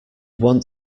want